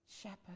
shepherd